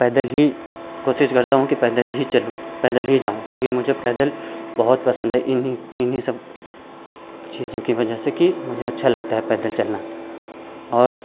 पैदल ही कोशिश करता हूँ कि पैदल ही चलूँ पैदल ही जाऊं क्योंकि मुझे पैदल बहुत पसंद हैं इन्हीं इन्हीं सब चीज़ों की वजह से कि मुझे अच्छा लगता है पैदल चलना और